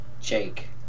Jake